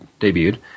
debuted